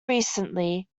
recently